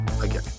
Again